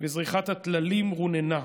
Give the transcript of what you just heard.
וזריחת הטללים רוננה.